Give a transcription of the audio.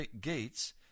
Gates